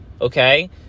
okay